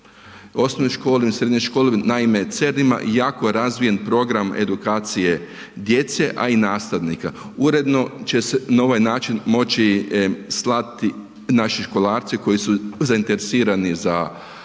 osnovnoj školi, srednjoj školi. Naime, CERN ima jako razvijen program edukacije djece, a i nastavnika. Uredno će se na ovaj način moći slati naši školarci koji su zainteresirani za